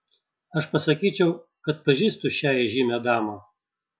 aš pasakyčiau kad pažįstu šią įžymią damą